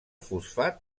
fosfat